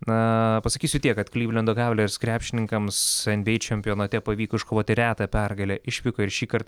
na pasakysiu tiek kad klivlendo kavalers krepšininkams en by ei čempionate pavyko iškovoti retą pergalę išvykoje ir šįkart